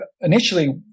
initially